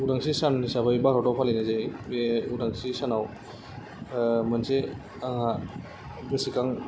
उदांस्रि सान हिसाबै भारताव फालिनाय जायो बे उदांस्रि सानाव मोनसे आंहा गोसोखां